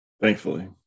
Thankfully